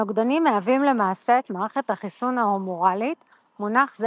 הנוגדנים מהווים למעשה את מערכת החיסון ההומוראלית; מונח זה,